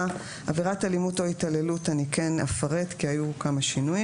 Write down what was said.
"עבירת אלימות או התעללות" אני כן אפרט כי היו כמה שינויים